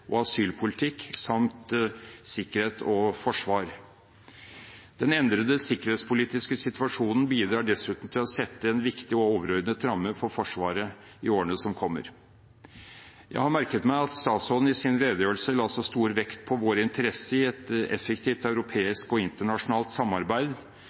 og asylpolitikk samt sikkerhet og forsvar. Den endrede sikkerhetspolitiske situasjonen bidrar dessuten til å sette en viktig og overordnet ramme for Forsvaret i årene som kommer. Jeg merket meg at statsråden i sin redegjørelse la stor vekt på vår interesse i et effektivt